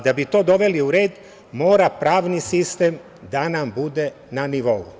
Da bi to doveli u red mora pravni sistem da nam bude na nivou.